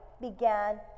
began